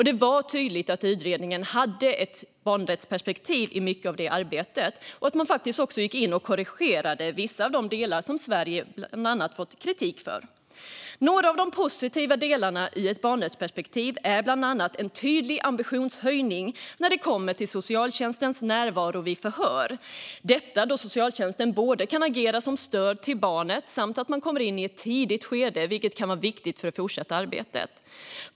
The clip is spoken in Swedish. Det var tydligt att utredningen hade ett barnrättsperspektiv i mycket av arbetet och att man gick in och korrigerade vissa av de delar som Sverige har fått kritik för. Några av de delar som är positiva ur ett barnrättsperspektiv är en tydlig ambitionshöjning när det kommer till socialtjänstens närvaro vid förhör - detta då socialtjänsten kan agera som stöd till barnet och att de kommer in i ett tidigt skede, vilket kan vara viktigt för det fortsatta arbetet.